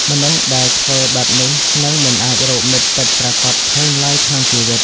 មនុស្សដែលធ្វើបែបនេះ នឹងមិនអាចរកមិត្តពិតប្រាកដឃើញឡើយក្នុងជីវិត។